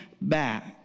back